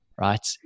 Right